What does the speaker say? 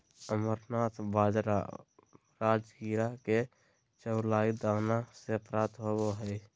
amaranth बाजरा राजगिरा के चौलाई दाना से प्राप्त होबा हइ